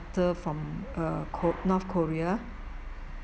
or from uh ko~ north korea